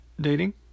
dating